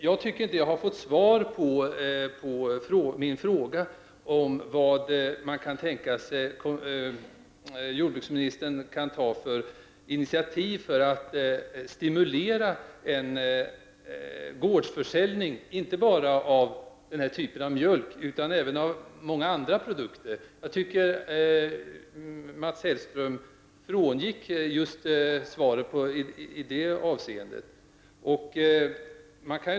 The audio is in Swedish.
Jag tycker inte att jag har fått svar på min fråga om vilka initiativ man kan tänka sig att jordbruksministern kan ta för att stimulera en gårdsförsäljning, inte bara av den här typen av mjölk, utan även av många andra produkter. Jag tycker att Mats Hellström frångick frågan i just det avseendet.